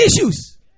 issues